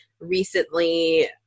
recently